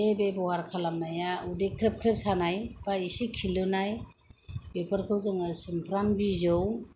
बे बेबहार खालामनाया उदै ख्रेब ख्रेब सानाय बा इसे खिलुनाय बेफोरखौ जोङो सुमफ्राम बिजौ